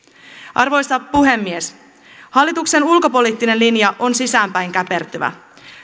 arvoisa puhemies hallituksen ulkopoliittinen linja on sisäänpäin käpertyvä